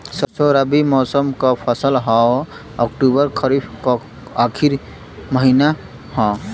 सरसो रबी मौसम क फसल हव अक्टूबर खरीफ क आखिर महीना हव